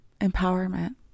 empowerment